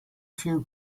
few